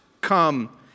come